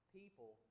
people